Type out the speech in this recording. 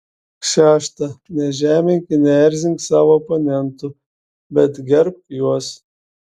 šešta nežemink ir neerzink savo oponentų bet gerbk juos